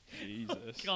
Jesus